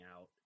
out